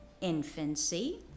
infancy